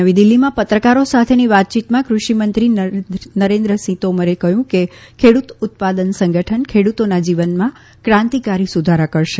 નવી દિલ્હીમાં પત્રકારોની સાથેની વાતયીતમાં ક્રષિમંત્રી નરેન્દ્રસિંહ તોમરે કહ્યું કે ખેડુત ઉત્પાદન સંગઠન ખેડુતોના જીવનમાં ક્રાંતીકારી સુધારા કરશે